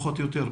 פחות או יותר,